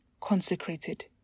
consecrated